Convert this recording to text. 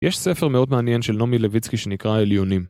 יש ספר מאוד מעניין של נעמי לויצקי שנקרא עליונים.